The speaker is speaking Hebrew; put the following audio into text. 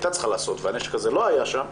הייתה צריכה לעשות והנשק הזה לא היה שם,